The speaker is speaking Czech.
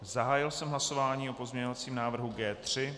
Zahájil jsem hlasování o pozměňovacím návrhu G3.